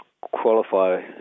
qualify